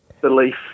belief